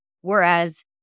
whereas